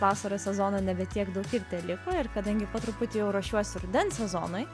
vasaros sezono nebe tiek daug ir teliko ir kadangi po truputį jau ruošiuosi rudens sezonui